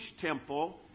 temple